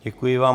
Děkuji vám.